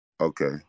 Okay